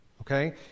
Okay